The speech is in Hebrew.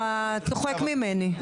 אתה צוחק ממני?